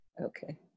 Okay